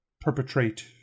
perpetrate